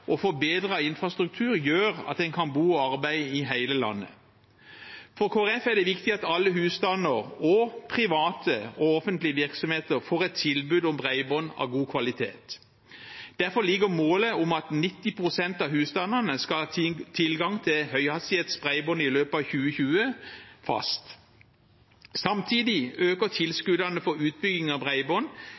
og forbedret infrastruktur gjør at en kan bo og arbeide i hele landet. For Kristelig Folkeparti er det viktig at alle husstander og private og offentlige virksomheter får et tilbud om bredbånd av god kvalitet. Derfor ligger målet om at 90 pst. av husstandene skal ha tilgang til høyhastighetsbredbånd i løpet av 2020, fast. Samtidig øker tilskuddene for utbygging av